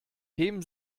heben